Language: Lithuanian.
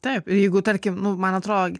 taip jeigu tarkim nu man atrodo